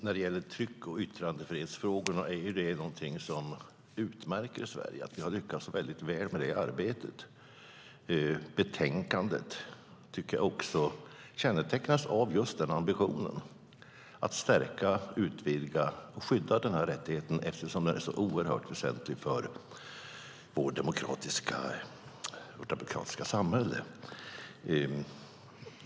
Fru talman! Tryck och yttrandefrihetsfrågorna är någonting som utmärker Sverige. Vi har lyckats väldigt väl med det arbetet. Betänkandet tycker jag också kännetecknas av just ambitionen att stärka, utvidga och skydda den här rättigheten eftersom den är så oerhört väsentlig för vårt demokratiska samhälle.